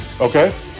Okay